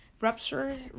Rupture